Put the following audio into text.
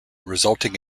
resulting